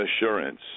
assurance